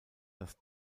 das